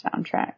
soundtrack